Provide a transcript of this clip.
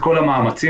אלך על תהליך יותר קל,